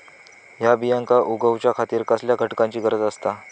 हया बियांक उगौच्या खातिर कसल्या घटकांची गरज आसता?